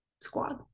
squad